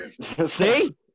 see